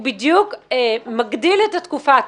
הוא מגדיל את התקופה.